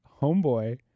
Homeboy